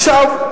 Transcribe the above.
עכשיו,